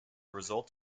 result